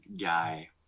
guy